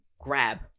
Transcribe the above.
grab